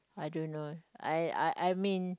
I don't know I I I mean